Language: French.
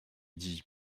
dis